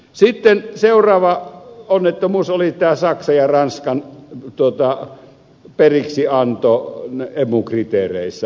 sitten seuraava onnettomuus oli tämä saksan ja ranskan periksianto emu kriteereissä